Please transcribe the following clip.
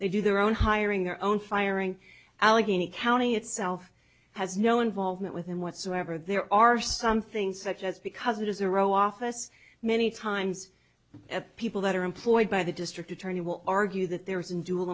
they do their own hiring their own firing allegheny county itself has no involvement with him whatsoever there are some things such as because it is a row office many times at people that are employed by the district attorney will argue that there is an dual